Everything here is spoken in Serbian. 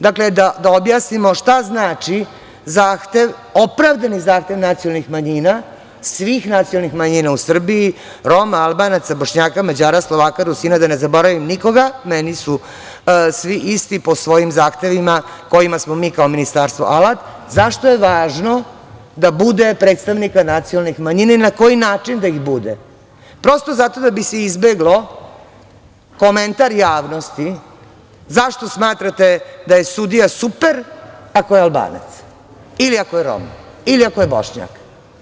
Dakle, da objasnimo šta znači zahtev, opravdani zahtev nacionalnih manjina, svih nacionalnih manjina u Srbiji, Roma, Albanaca, Bošnjaka, Mađara, Slovaka, Rusina, da ne zaboravim nikoga, meni su svi isti po svojim zahtevima, kojima smo mi kao ministarstvo alat, zašto je važno da bude predstavnika nacionalnih manjina i na koji način da ih bude, prosto zato da bi se izbegao komentar javnosti, zašto smatrate da je sudija super ako je Albanac ili ako je Rom, ili ako je Bošnjak.